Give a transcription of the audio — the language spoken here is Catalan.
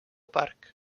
parc